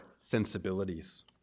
sensibilities